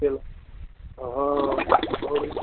केला हाँ और